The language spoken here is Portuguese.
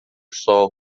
sol